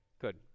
good